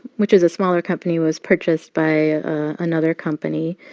which is a smaller company, was purchased by another company.